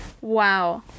Wow